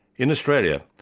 in australia,